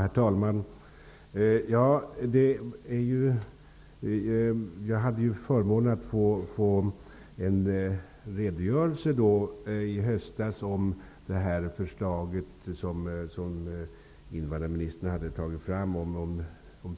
Herr talman! Jag hade förmånen att i höstas få en redogörelse av förslaget som invandrarministern hade tagit fram om